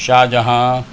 Shahjahan